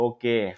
Okay